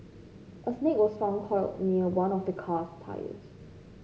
a snake was found coiled near one of the car's tyres